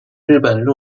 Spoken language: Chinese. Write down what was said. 日本